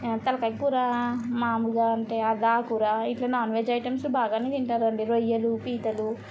తలకాయ కూర మామూలుగా అంటే ఆగ కూర ఇట్లా నాన్ వెజ్ ఐటమ్స్ బాగానే తింటారండి రొయ్యలు పీతలు